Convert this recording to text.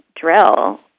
drill